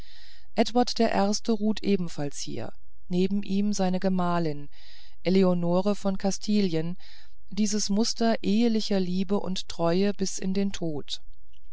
der erste ruht ebenfalls hier neben ihm seine gemahlin eleonore von kastilien dieses muster ehelicher lieber und treue bis in den tod